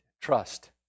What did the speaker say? trust